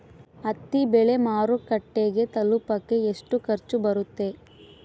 ಹತ್ತಿ ಬೆಳೆ ಮಾರುಕಟ್ಟೆಗೆ ತಲುಪಕೆ ಎಷ್ಟು ಖರ್ಚು ಬರುತ್ತೆ?